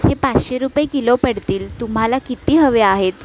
हे पाचशे रुपये किलो पडतील तुम्हाला किती हवे आहेत